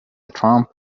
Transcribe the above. trump